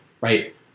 right